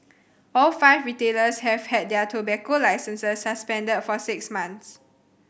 all five retailers have had their tobacco licences suspended for six months